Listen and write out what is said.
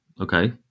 okay